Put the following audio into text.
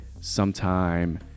sometime